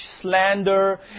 slander